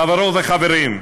חברות וחברים,